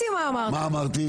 במהלך החקיקה.